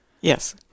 Yes